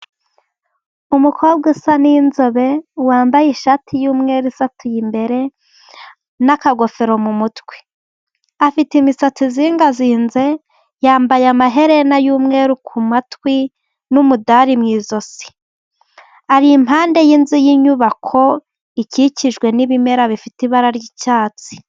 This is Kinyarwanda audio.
Umukobwa usa n'inzobe, wambaye ishati y'umweru isatuye imbere n'akagofero mu mutwe. Afite imisatsi izingazinze, yambaye amaherena y'umweru ku matwi n'umudari mu ijosi. Ari impande y'inzu y'inyubako ikikijwe n'ibimera bifite ibara ry'icyatsi.